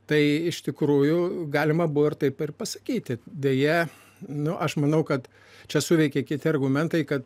tai iš tikrųjų galima buvo ir taip ir pasakyti deja nu aš manau kad čia suveikė kiti argumentai kad